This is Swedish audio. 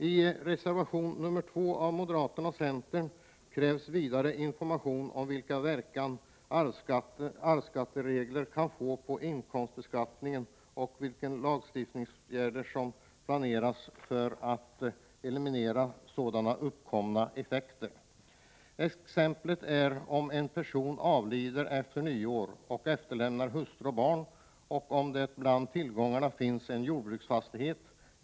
I reservation nr 2 av moderaterna och centern krävs information om vilken verkan arvsskattereglerna kan få på inkomstbeskattningen och om vilka lagstiftningsåtgärder som planeras för att eliminera effekter som kan uppkomma. Som exempel anförs att en person avlider efter nyår och efterlämnar hustru och barn samt att det bland tillgångarna finns en jordbruksfastighet.